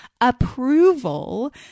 approval